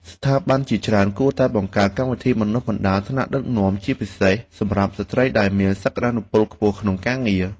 ស្ថាប័នជាច្រើនគួរតែបង្កើតកម្មវិធីបណ្តុះបណ្តាលថ្នាក់ដឹកនាំជាពិសេសសម្រាប់ស្ត្រីដែលមានសក្ដានុពលខ្ពស់ក្នុងការងារ។